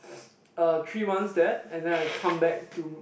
uh three months there and then I come back to